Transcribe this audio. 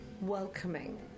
welcoming